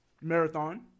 Marathon